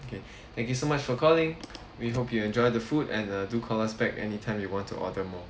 okay thank you so much for calling we hope you enjoy the food and uh do call us back anytime you want to order more